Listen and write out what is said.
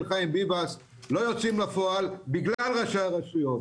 חיים ביבס לא יוצאים בפועל בגלל ראשי הרשויות.